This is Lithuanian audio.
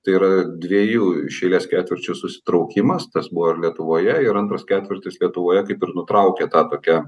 tai yra dviejų iš eilės ketvirčių susitraukimas tas buvo ir lietuvoje ir antras ketvirtis lietuvoje kaip ir nutraukė tą tokią